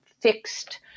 fixed